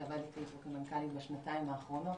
שעבד איתי כמנכ"לית בשנתיים האחרונות.